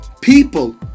People